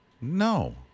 No